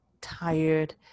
tired